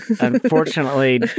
unfortunately